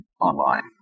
online